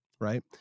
right